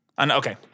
Okay